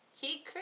He